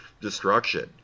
destruction